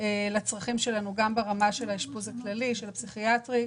לאשפוז הגיראטרי והפסיכיאטרי,